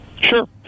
Sure